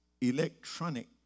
electronic